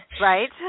right